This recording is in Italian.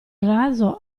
raso